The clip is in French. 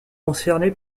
concernés